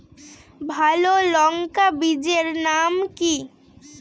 ভালো লঙ্কা বীজের নাম কি?